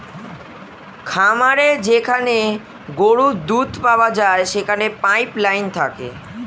খামারে যেখানে গরুর দুধ পাওয়া যায় সেখানে পাইপ লাইন থাকে